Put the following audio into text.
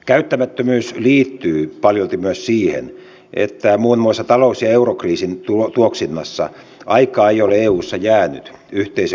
käyttämättömyys liittyy paljolti myös siihen että muun muassa talous ja eurokriisin tuoksinassa aikaa ei ole eussa jäänyt yhteisen ulkopolitiikan kehittämiselle